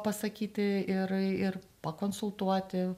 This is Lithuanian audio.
pasakyti ir ir pakonsultuoti